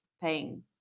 paying